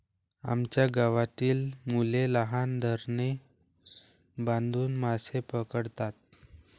आमच्या गावातील मुले लहान धरणे बांधून मासे पकडतात